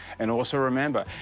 and also remember,